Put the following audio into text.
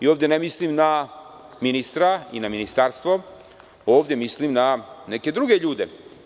Ovde ne mislim na ministra i na ministarstvo, ovde mislim na neke druge ljude.